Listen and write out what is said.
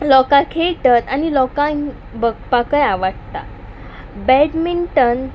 लोकांक खेळटत आनी लोकांक भगपाकय आवडटा बॅडमिंटन